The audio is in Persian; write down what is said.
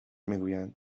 میگویند